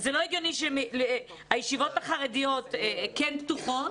זה לא הגיוני שהישיבות החרדיות כן פתוחות